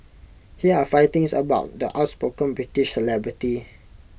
here are five things about the outspoken British celebrity